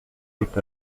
est